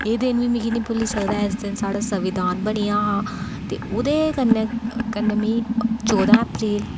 एह् दिन बी मिगी नेईं भुल्ली सकदा ऐ इस दिन साढ़ा संविधान बनेआ हा ते ओह्दे कन्नै कन्नै मी चौदां अप्रैल